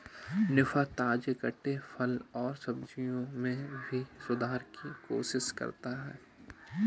निफा, ताजे कटे फल और सब्जियों में भी सुधार की कोशिश करता है